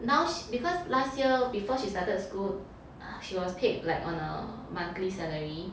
now she because last year before she started school she was paid like on a monthly salary